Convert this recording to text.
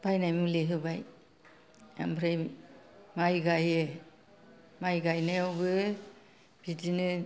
बायनाय मुलि होबाय ओमफ्राय माय गायो माय गायनायावबो बिदिनो